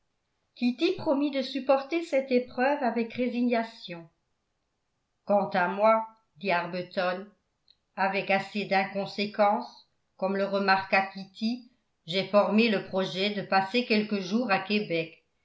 kitty promit de supporter cette épreuve avec résignation quant à moi dit arbuton avec assez d'inconséquence comme le remarqua kitty jai formé le projet de passer quelques jours à québec